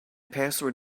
password